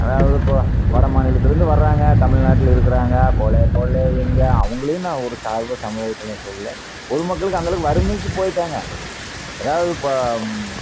அதாவது இப்போது வட மாநிலத்திலேருந்து வறாங்க தமிழ்நாட்டில் இருக்கிறாங்க கொலை கொள்ளை எங்கே அவர்களையும் நான் ஒரு சமுதாயத்தில் சொல்லுலை பொது மக்களுக்கு அந்த அளவுக்கு வறுமைக்கு போயிட்டாங்க ஏதாவுது இப்போ